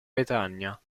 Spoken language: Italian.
bretagna